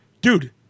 dude